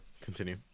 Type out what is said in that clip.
Continue